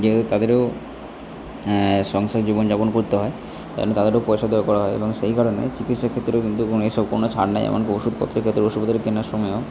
যেহেতু তাদেরও সংসার জীবন যাপন করতে হয় কেন তাদেরও পয়সা দরকার হয় এবং সেই কারণে চিকিৎসা ক্ষেত্রেও কিন্তু কোনো এসব কোনো ছাড় নেই এমন কি ওষুধপত্রের ক্ষেত্রেও ওষুধগুলো কেনার সময়